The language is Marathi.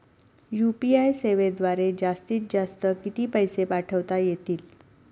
यू.पी.आय सेवेद्वारे जास्तीत जास्त किती पैसे पाठवता येतील?